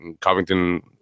Covington